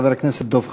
חבר הכנסת דב חנין.